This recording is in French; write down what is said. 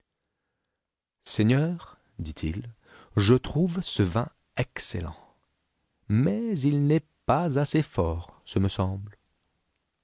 seigneur dit-il je trouve ce vin excellent mais il n'est pas assez fort ce me semble